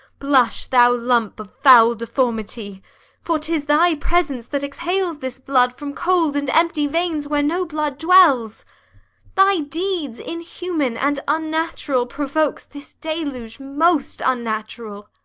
blush, thou lump of foul deformity for tis thy presence that exhales this blood from cold and empty veins, where no blood dwells thy deeds, inhuman and unnatural, provokes this deluge most unnatural